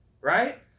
right